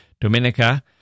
Dominica